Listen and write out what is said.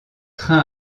train